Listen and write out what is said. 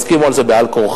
יסכימו לזה על-כורחם,